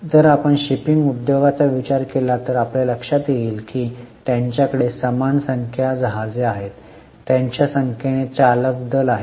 जर आपण शिपिंग उद्योगाचा विचार केला तर आपल्या लक्षात येईल की त्यांच्याकडे समान संख्या जहाजे आहेत त्याच संख्येने चालक दल आहेत